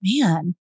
Man